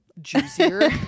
Juicier